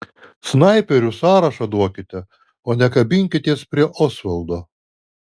snaiperių sąrašą duokite o ne kabinkitės prie osvaldo